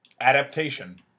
Adaptation